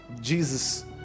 Jesus